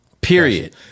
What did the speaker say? Period